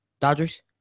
Dodgers